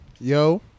Yo